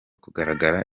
kugaragara